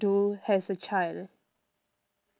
do a child